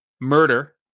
murder